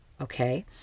Okay